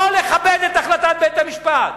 לא לכבד את החלטת בית-המשפט.